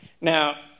Now